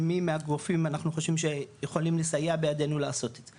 עם מי מהגופים אנחנו חושבים שיכולים לסייע בידנו לעשות את זה.